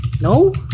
No